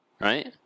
Right